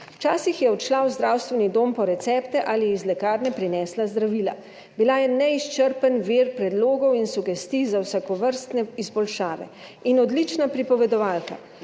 Včasih je odšla v zdravstveni dom po recepte ali iz lekarne prinesla zdravila. Bila je neizčrpen vir predlogov in sugestij za vsakovrstne izboljšave in odlična pripovedovalka